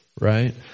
Right